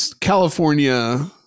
California